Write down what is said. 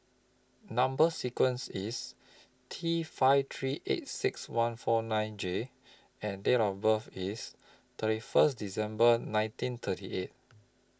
Number sequence IS T five three eight six one four nine J and Date of birth IS thirty First December nineteen thirty eight